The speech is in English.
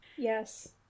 yes